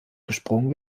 gesprungen